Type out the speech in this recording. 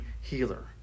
healer